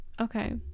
okay